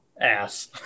Ass